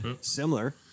similar